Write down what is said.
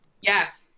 Yes